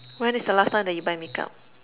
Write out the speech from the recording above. when is the last time that you buy make-up